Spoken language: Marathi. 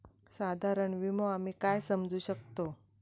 साधारण विमो आम्ही काय समजू शकतव?